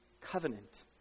covenant